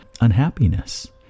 unhappiness